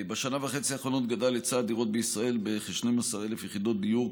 בשנה וחצי האחרונות גדל היצע הדירות בישראל בכ-12,000 יחידות דיור,